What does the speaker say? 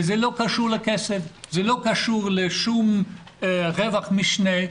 וזה לא קשור לכסף וזה לא קשור לשום רווח משני.